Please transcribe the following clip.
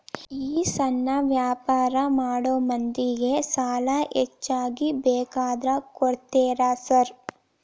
ಈ ಸಣ್ಣ ವ್ಯಾಪಾರ ಮಾಡೋ ಮಂದಿಗೆ ಸಾಲ ಹೆಚ್ಚಿಗಿ ಬೇಕಂದ್ರ ಕೊಡ್ತೇರಾ ಸಾರ್?